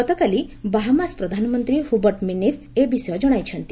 ଗତକାଲି ବାହାମାସ୍ ପ୍ରଧାନମନ୍ତ୍ରୀ Hubert Minnis ଏ ବିଷୟ ଜଣାଇଛନ୍ତି